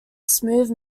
smooth